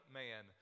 man